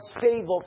favor